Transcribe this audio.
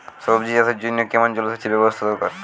সবজি চাষের জন্য কেমন জলসেচের ব্যাবস্থা দরকার?